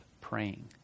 praying